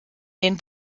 den